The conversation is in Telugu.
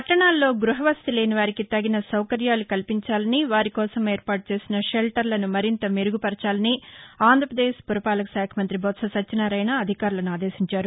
వట్షణాల్లో గ్రహ వసతి లేని వారికి తగిన సౌకర్యాలు కల్పించాలని వారి కోసం ఏర్పాటు చేసిన షెల్లర్లను మరింత మెరుగు పరచాలని ఆంధ్రపదేశ్ పురపాలక శాఖ మంతి బొత్స సత్యనారాయణ అధికారులను ఆదేశించారు